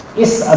is,